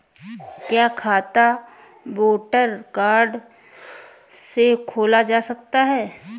क्या खाता voter card से खोला जा सकता है?